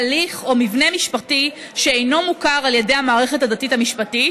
הליך או מבנה משפחתי שאינו מוכר על ידי המערכת הדתית המשפטית,